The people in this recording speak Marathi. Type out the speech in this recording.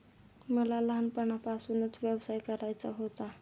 मला लहानपणापासूनच व्यवसाय करायचा होता